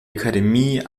akademie